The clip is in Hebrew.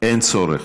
אין צורך.